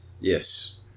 Yes